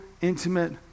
intimate